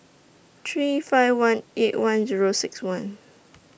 three five one eight one Zero six one